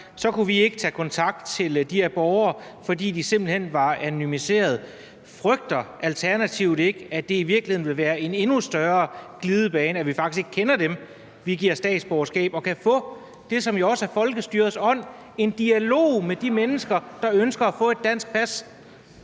kunne vi ikke tage kontakt til de her borgere, fordi de simpelt hen var anonymiseret. Frygter Alternativet ikke, at det i virkeligheden vil være en endnu større glidebane mod, at vi faktisk ikke kender dem, vi giver statsborgerskab, og ikke kan få det, som jo også er i folkestyrets ånd, nemlig en dialog med de mennesker, der ønsker at få et dansk pas?